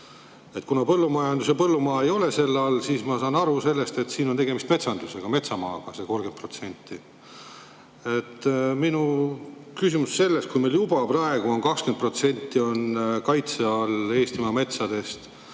Kuna põllumajandus ja põllumaa ei ole selle all, siis ma saan aru sellest nii, et siin on tegemist metsandusega ehk metsamaa on see 30%. Minu küsimus on selles, et kui meil juba praegu on 20% kaitse all Eestimaa metsadest